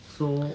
so